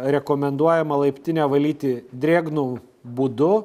rekomenduojama laiptinę valyti drėgnu būdu